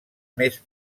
més